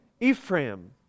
Ephraim